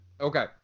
Okay